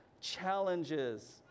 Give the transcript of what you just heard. challenges